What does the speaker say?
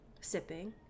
sipping